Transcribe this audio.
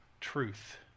truth